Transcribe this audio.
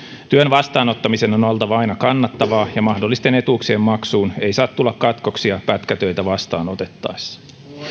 työn vastaanottamisen on oltava aina kannattavaa ja mahdollisten etuuksien maksuun ei saa tulla katkoksia pätkätöitä vastaanotettaessa